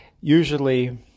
Usually